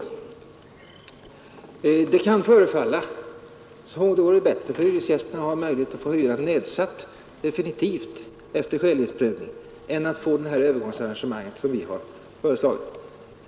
Det kan vid första påseende förefalla som om det vore bättre för hyresgästerna att ha en möjlighet att få hyran nedsatt definitivt efter en skälighetsprövning än att få det här övergångsarrangemanget som vi har föreslagit.